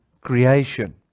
creation